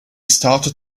started